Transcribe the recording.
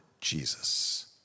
Jesus